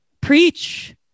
preach